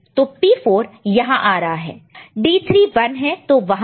तो P4 यहां आ रहा है D3 1 है तो वहां है